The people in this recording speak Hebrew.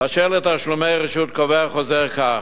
אשר לתשלומי רשות קובע החוזר כך,